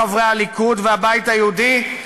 חברי הליכוד והבית היהודי,